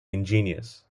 ingenious